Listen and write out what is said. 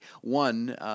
One